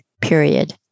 period